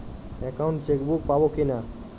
Account chequebook পাবো কি না?